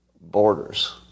borders